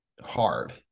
hard